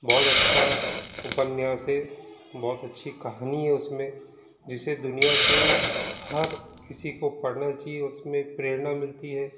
बहुत अच्छा उपन्यास है बहुत अच्छी कहानी है इसमें जिसे दुनिया के हर किसी को पढ़ना चाहिए उसमें प्रेरणा मिलती है